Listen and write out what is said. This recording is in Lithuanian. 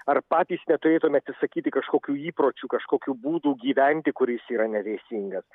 ar patys neturėtume atsisakyti kažkokių įpročių kažkokių būdų gyventi kuris yra neteisingas